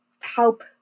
help